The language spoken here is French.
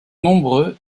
nombreux